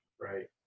Right